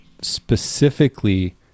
specifically